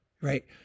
Right